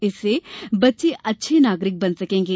इससे बच्चे अच्छे नागरिक बन सकेंगे